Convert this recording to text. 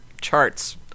chart's